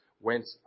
went